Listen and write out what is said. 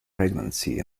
pregnancy